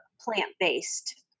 plant-based